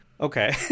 Okay